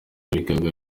bigaga